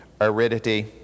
aridity